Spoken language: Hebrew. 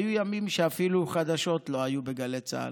היו ימים שאפילו חדשות לא היו בגלי צה"ל,